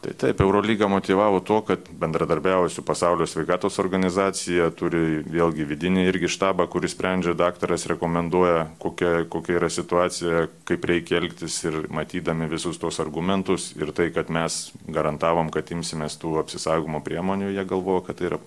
tai taip eurolyga motyvavo tuo kad bendradarbiauja su pasaulio sveikatos organizacija turi vėlgi vidinį irgi štabą kuris sprendžia daktaras rekomenduoja kokia kokia yra situacija kaip reikia elgtis ir matydami visus tuos argumentus ir tai kad mes garantavom kad imsimės tų apsisaugojimo priemonių jie galvojo kad tai yra